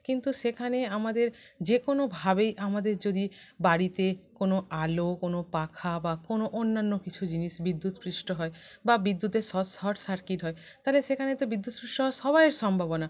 কিন্তু সেখানে আমাদের যে কোনোভাবেই আমাদের যদি বাড়িতে কোনো আলো কোনো পাখা বা কোনো অন্যান্য কিছু জিনিস বিদ্যুৎপৃষ্ট হয় বা বিদ্যুতের শট শর্ট সার্কিট হয় তাহলে সেখানে তো বিদ্যুৎস্পৃষ্ট হওয়ার সবাইয়ের সম্ভাবনা